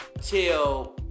Till